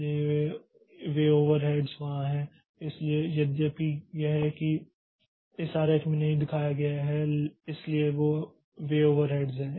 इसलिए वे ओवरहेड्स वहाँ हैं इसलिए यद्यपि यह इस आरेख में नहीं दिखाया गया है इसलिए वे ओवरहेड्स हैं